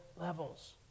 levels